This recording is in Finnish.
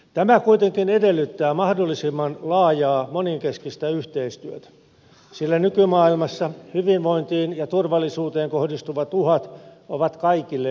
tämä kuitenkin edellyttää mahdollisimman laajaa monenkeskistä yhteistyötä sillä nykymaailmassa hyvinvointiin ja turvallisuuteen kohdistuvat uhat ovat kaikille yhteisiä